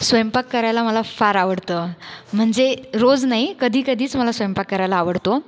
स्वयंपाक करायला मला फार आवडतं म्हणजे रोज नाही कधीकधीच मला स्वयंपाक करायला आवडतो